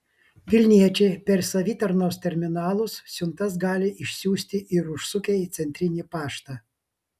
vilniečiai per savitarnos terminalus siuntas gali išsiųsti ir užsukę į centrinį paštą